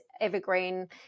evergreen